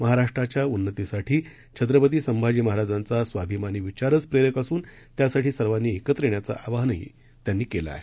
महाराष्ट्राच्याउन्नतीसाठीछत्रपतीसंभाजीमहाराजांचास्वाभिमानीविचारचप्रेरकअसूनत्यासाठीसर्वांनीएकत्रयेण्याचंआवाहनहीत्यांनीकेलंआ हे